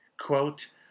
Quote